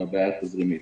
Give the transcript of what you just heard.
עם הבעיה התזרימית.